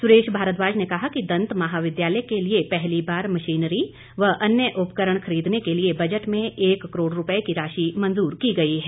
सुरेश भारद्वाज ने कहा कि दंत महाविद्यालय के लिए पहली बार मशीनरी व अन्य उपकरण खरीदने के लिए बजट में एक करोड़ रूपए की राशि मंजूर की गई है